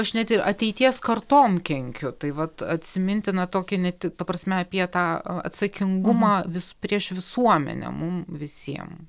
aš net ir ateities kartom kenkiu tai vat atsimintina tokį ne tk ta prasme apie tą a atsakingumą vis prieš visuomenę mum visiem